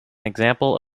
example